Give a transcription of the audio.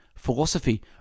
Philosophy